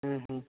ह्म्म ह्म्म